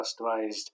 customized